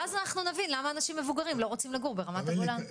ואז אנחנו נבין למה אנשים מבוגרים לא רוצים לגור ברמת הגולן.